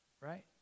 right